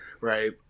right